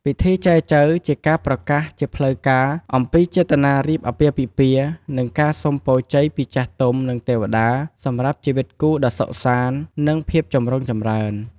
ពិធីចែចូវ ជាការប្រកាសជាផ្លូវការអំពីចេតនារៀបអាពាហ៍ពិពាហ៍ និងការសូមពរជ័យពីចាស់ទុំ និងទេវតា សម្រាប់ជីវិតគូដ៏សុខសាន្ត និងភាពចម្រុងចម្រើន។